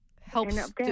Helps